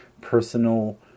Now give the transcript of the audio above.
personal